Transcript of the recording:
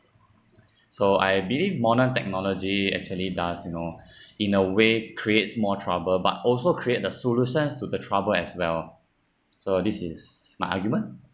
so I believe modern technology actually does you know in a way creates more trouble but also create the solutions to the trouble as well so this is my argument